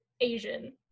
Asian